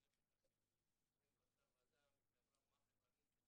או לא מתקצבים את המועצה הלאומית למאבק בתאונות דרכים.